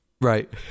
Right